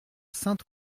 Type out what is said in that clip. sainte